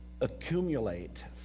accumulate